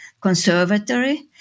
conservatory